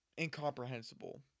incomprehensible